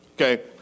okay